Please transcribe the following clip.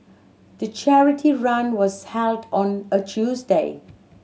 the charity run was held on a Tuesday